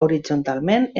horitzontalment